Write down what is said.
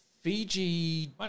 Fiji